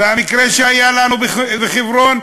והמקרה שהיה לנו בחברון,